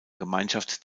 gemeinschaft